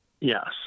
yes